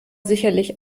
sicherlich